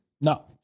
No